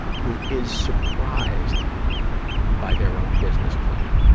who is surprised by their own business plan.